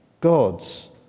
gods